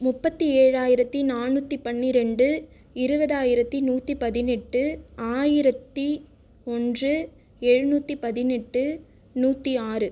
முப்பத்தி ஏழாயிரத்தி நானுற்றி பன்னிரெண்டு இருபதாயிரத்தி நூற்றி பதினெட்டு ஆயிரத்தி ஒன்று எழுநூற்றி பதினெட்டு நூற்றி ஆறு